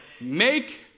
Make